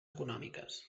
econòmiques